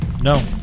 no